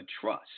trust